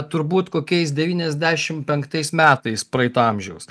turbūt kokiais devyniasdešim penktais metais praeito amžiaus